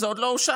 זה עוד לא אושר,